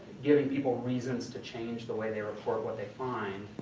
giving people reasons to change the way they report what they find,